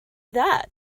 that